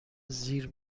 زیر